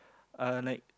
uh like